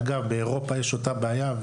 אגב, באירופה יש את אותה הבעיה.